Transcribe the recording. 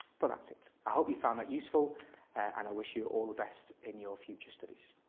well that's it. i hope you found that useful and i wish you all the best in your future studies.